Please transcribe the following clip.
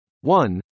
One